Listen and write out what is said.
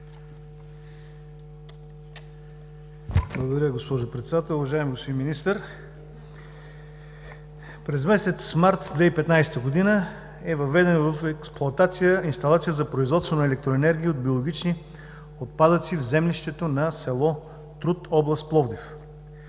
Благодаря Ви, госпожо Председател. Уважаеми господин Министър, през месец март 2015 г. е въведена в експлоатация инсталация за производство на електроенергия от биологични отпадъци в землището на село Труд, област Пловдив.